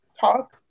talk